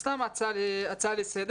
סתם הצעה לסדר.